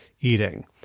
eating